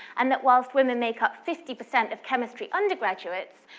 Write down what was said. and that whilst women make up fifty cent of chemistry undergraduates,